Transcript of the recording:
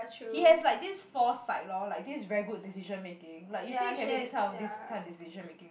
he has like this foresight lor like this very good decision making like you think you can make this kind of this kind of decision making